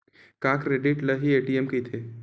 का क्रेडिट ल हि ए.टी.एम कहिथे?